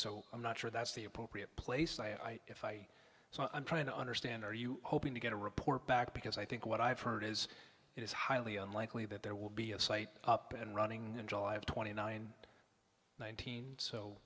so i'm not sure that's the appropriate place and i if i so i'm trying to understand are you hoping to get a report back because i think what i've heard is it is highly unlikely that there will be a site up and running in july of two thousand and nine nineteen so